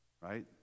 right